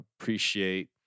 appreciate